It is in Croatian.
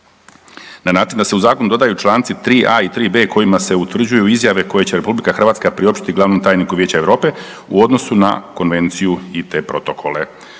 Na način da se u zakon dodaju članici 3.a i 3.b kojima se utvrđuju izjave koje će RH priopštiti glavnu tajniku Vijeća Europe u odnosu na konvenciju i te protokole.